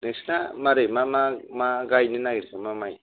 नोंसिना मारै मा मा मा गाइनो नागेरखो मा माइ